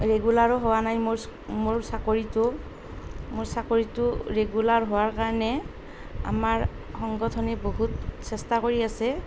ৰেগুলাৰো হোৱা নাই মোৰ মোৰ চাকৰিটো মোৰ চাকৰিটো ৰেগুলাৰ হোৱাৰ কাৰণে আমাৰ সংগঠনে বহুত চেষ্টা কৰি আছে